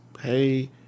hey